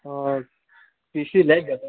P C लॅक जाता